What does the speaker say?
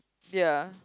ya